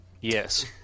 yes